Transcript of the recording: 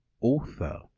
author